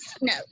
No